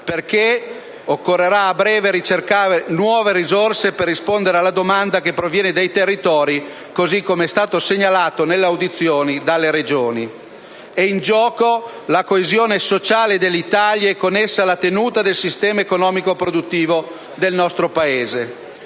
perché occorrerà a breve ricercare nuove risorse per rispondere alla domanda che proviene dai territori, così come è stato segnalato nelle audizioni dalle Regioni. È infatti in gioco la coesione sociale dell'Italia e, con essa, la tenuta del sistema economico e produttivo del nostro Paese.